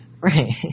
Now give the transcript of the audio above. Right